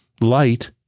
light